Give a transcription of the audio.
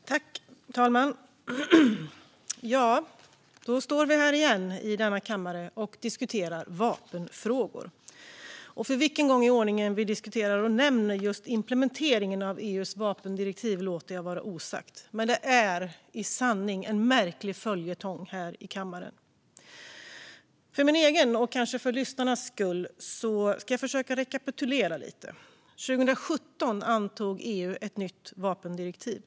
Fru talman! Ja, då står vi här igen och diskuterar vapenfrågor. För vilken gång i ordningen vi diskuterar just implementeringen av EU:s vapendirektiv låter jag vara osagt, men det är i sanning en märklig följetong i denna kammare. För min egen och eventuella lyssnares skull ska jag rekapitulera lite. År 2017 antog EU ett nytt vapendirektiv.